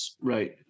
Right